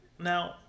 Now